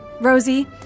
Rosie